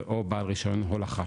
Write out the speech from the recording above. או בעל רישיון הולכה.